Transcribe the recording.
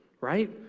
right